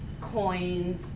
coins